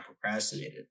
procrastinated